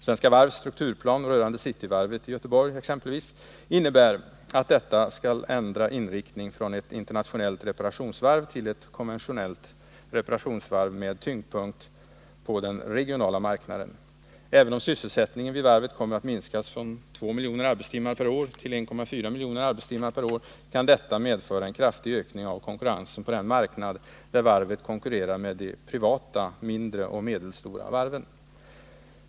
Svenska Varv AB:s strukturplan rörande Cityvarvet i Göteborg, exempelvis, innebär att detta skall ändra inriktning från ett internationellt reparationsvarv till ett konventionellt reparationsvarv med tyngdpunkt på den regionala marknaden. Även om sysselsättningen vid varvet kommer att minskas från 2 miljoner arbetstimmar per år till 1,4 miljoner arbetstimmar per år kan detta medföra en kraftig ökning av konkurrensen på den marknad där varvet konkurrerar med de privata mindre och medelstora varven.